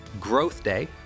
#GrowthDay